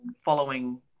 following